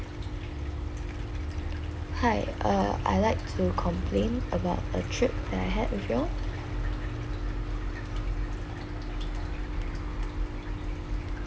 hi uh I'd like to complain about a trip that I had with you all